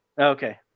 Okay